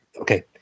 Okay